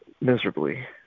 miserably